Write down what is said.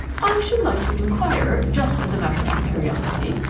i should like to inquire, just as a matter of curiosity,